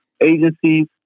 agencies